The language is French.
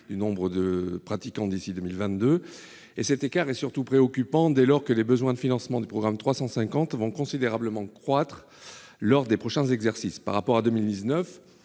du nombre de pratiquants d'ici à 2022. Cet écart est d'autant plus préoccupant que les besoins de financement du programme 350 vont considérablement croître lors des prochains exercices. Par rapport à 2019,